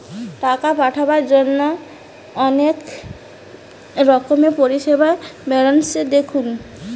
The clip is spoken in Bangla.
টাকা পাঠাবার জন্যে অনেক রকমের পরিষেবা বেরাচ্ছে দেখুন